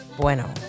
bueno